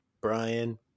Brian